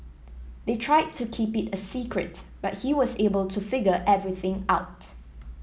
they tried to keep it a secret but he was able to figure everything out